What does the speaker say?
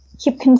keep